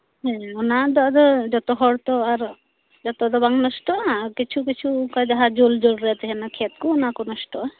ᱦᱮᱸ ᱚᱱᱟ ᱫᱚ ᱟᱫᱚ ᱡᱚᱛᱚ ᱦᱚᱲ ᱛᱚ ᱟᱨ ᱡᱚᱛᱚ ᱫᱚ ᱵᱟᱝ ᱱᱚᱥᱴᱚᱜᱼᱟ ᱠᱤᱪᱷᱩ ᱠᱤᱪᱷᱩ ᱚᱝᱠᱟ ᱡᱟᱦᱟᱸ ᱡᱳᱞ ᱡᱳᱞ ᱨᱮ ᱛᱟᱦᱮᱸᱱᱟ ᱠᱷᱮᱛ ᱚᱱᱟ ᱠᱚ ᱱᱚᱥᱴᱚᱜᱼᱟ